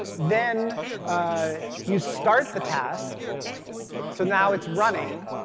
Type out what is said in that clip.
then you start the task so now it's running,